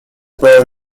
were